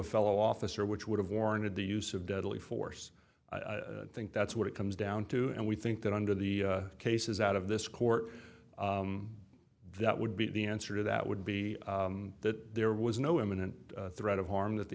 fellow officer which would have warranted the use of deadly force i think that's what it comes down to and we think that under the cases out of this court that would be the answer to that would be that there was no imminent threat of harm that the